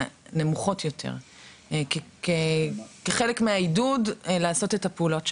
נמוכות יותר כחלק מהעידוד לעשות את הפעולות שם.